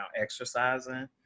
exercising